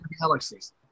Galaxies